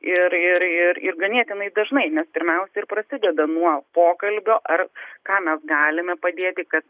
ir ir ir ir ganėtinai dažnai nes pirmiausia ir prasideda nuo pokalbio ar ką mes galime padėti kad